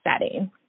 setting